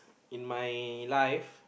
in my life